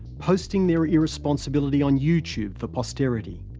posting their irresponsibility on youtube for posterity.